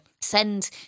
send